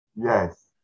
Yes